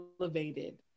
elevated